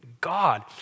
God